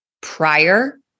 prior